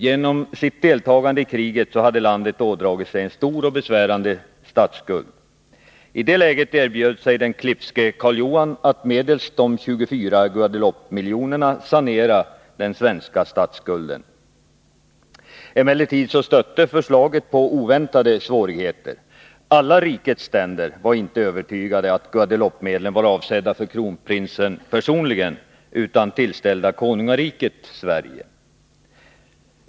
Genom sitt deltagande i kriget hade landet ådragit sig en stor och besvärande statsskuld. I det läget erbjöd sig den klipske Karl Johan att medelst de 24 Guadeloupemiljonerna sanera den svenska statsskulden. Emellertid stötte förslaget på oväntade svårigheter. Alla rikets ständer var inte övertygade om att Guadeloupemedlen var avsedda för kronprinsen personligen, utan man ansåg att de var tillställda konungariket Sverige.